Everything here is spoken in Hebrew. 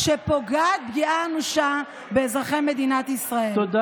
חבר הכנסת משה אבוטבול, משה?